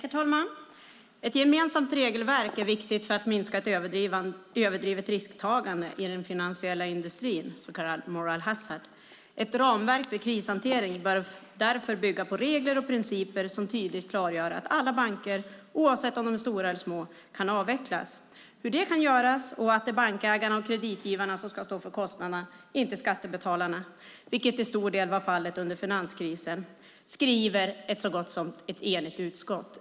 Herr talman! Ett gemensamt regelverk är viktigt för att minska ett överdrivet risktagande i den finansiella industrin, så kallad moral hazard. Ett ramverk för krishantering bör därför bygga på regler och principer som tydligt klargör att alla banker, oavsett om de är stora eller små, kan avvecklas. Hur det kan göras och att det är bankägarna och kreditgivarna som ska stå för kostnaderna, inte skattebetalarna, vilket till stor del var fallet under finanskrisen, skriver ett så gott som enigt utskott.